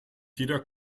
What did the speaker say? jeder